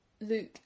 Luke